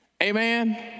Amen